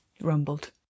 Rumbled